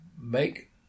make